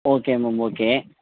okay ma'am okay